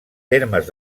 termes